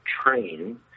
train